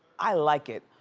i like it.